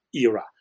era